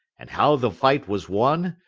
and how the fight was won,